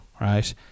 Right